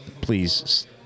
please